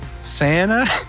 Santa